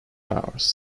hours